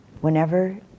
whenever